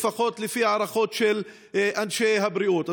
לפחות לפי ההערכות של אנשי הבריאות.